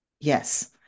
Yes